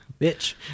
Bitch